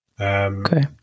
Okay